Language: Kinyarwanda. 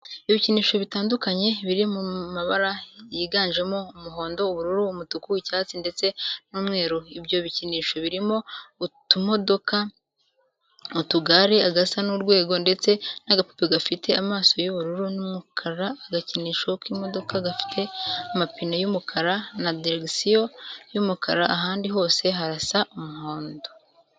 Ibikinisho bitandukanye biri mu mabara yiganjemo: umuhondo, ubururu, umutuku, icyatsi ndetse n'umweru. Ibyo bikinisho birimo utumodoka, utugare, agasa n'urwego ndetse n'agapupe gafite amaso y'ubururu n'umukara. Agakinisho k'imodoka gafite amapine y'umukara na diregisiyo y'umukara, ahandi hose harasa umuhondo.